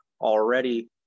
already